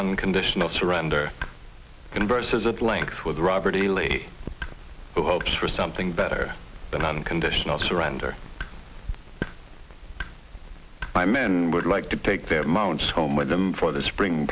unconditional surrender converses at length with robert e lee who hopes for something better than unconditional surrender by men would like to take their mounts home with them for the spring